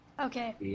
Okay